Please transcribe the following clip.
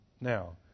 Now